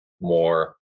more